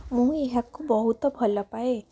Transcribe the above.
ମୁଁ ଏହାକୁ ବହୁତ ଭଲପାଏ